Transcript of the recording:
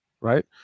right